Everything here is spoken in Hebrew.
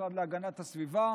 המשרד להגנת הסביבה,